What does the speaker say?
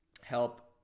help